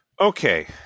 Okay